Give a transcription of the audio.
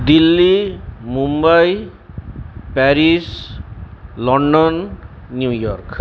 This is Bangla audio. Delhi Mumbai Paris London New York